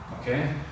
okay